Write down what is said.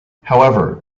however